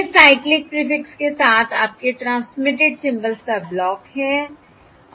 यह cyclic prefix के साथ आपके ट्रांसमिटेड सिम्बल्स का ब्लॉक है